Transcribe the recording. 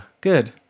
Good